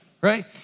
right